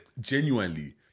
Genuinely